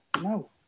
No